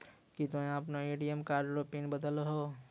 की तोय आपनो ATM card रो पिन बदलहो